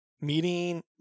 meeting